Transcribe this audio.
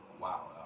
Wow